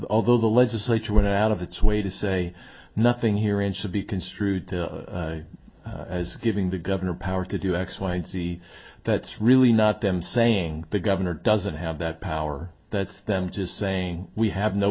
although the legislature went out of its way to say nothing here in should be construed as giving the governor power to do x y and z that's really not them saying the governor doesn't have that power that's them just saying we have no